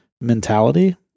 mentality